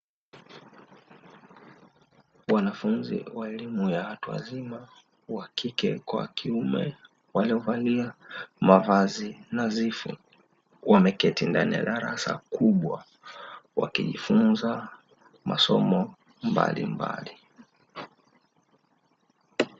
Wanafunzi wa elimu ya watu wazima, wa kike kwa wa kiume, waliovalia mavazi nadhifu, wameketi ndani ya darasa kubwa wakijifunza masomo mbalimbali.